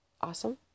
awesome